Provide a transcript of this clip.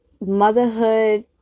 motherhood